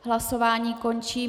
Hlasování končím.